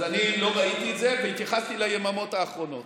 אז אני לא ראיתי את זה והתייחסתי ליממות האחרונות.